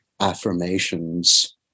affirmations